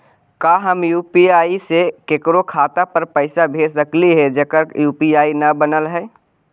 का हम यु.पी.आई से केकरो खाता पर पैसा भेज सकली हे जेकर यु.पी.आई न बनल है?